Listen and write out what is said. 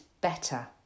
better